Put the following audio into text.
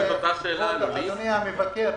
אדוני המבקר,